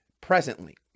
presently